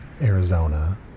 Arizona